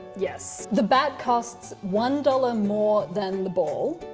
yes. the bat costs one dollars more than the ball.